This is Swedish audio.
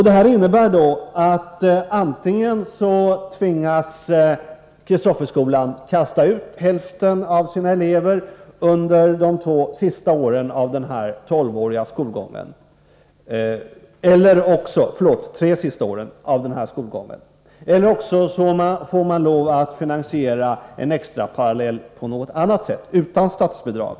Det innebär att antingen tvingas Kristofferskolan kasta ut hälften av eleverna — det gäller de tre sista åren av den tolvåriga skolgången — eller också får man lov att finansiera en extraparallell på annat sätt, utan statsbidrag.